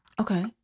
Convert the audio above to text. okay